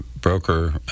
broker